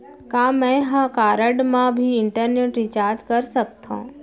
का मैं ह कारड मा भी इंटरनेट रिचार्ज कर सकथो